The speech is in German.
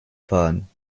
fahren